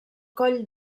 coll